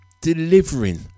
delivering